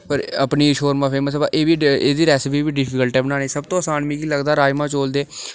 पर अपनी शोरमां फेमस ऐ पर एह् बी एह्दी रेसिपी बी डिफीकल्ट ऐ बनाने गी सब तू असान मिगी लगदा राजमां चौल